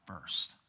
first